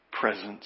presence